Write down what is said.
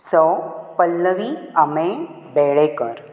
सौ पल्लवी अमेय बेळेकर